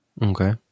Okay